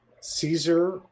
Caesar